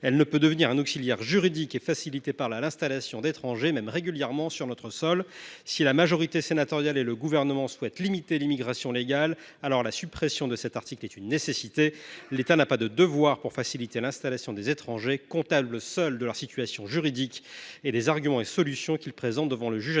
elle ne saurait devenir un auxiliaire juridique et faciliter ainsi l’installation d’étrangers, même régulièrement, sur notre sol. Si la majorité sénatoriale et le Gouvernement souhaitent limiter l’immigration légale, alors la suppression de cet article est une nécessité. L’État n’a pas le devoir de faciliter l’installation des étrangers. Ces derniers sont seuls comptables de leur situation juridique ainsi que des arguments et des solutions qu’ils présentent devant le juge